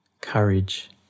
courage